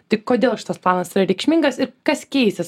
tai kodėl šitas planas yra reikšmingas ir kas keisis